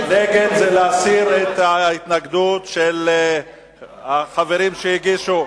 נגד זה להסיר את ההתנגדות של החברים שהגישו,